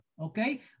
okay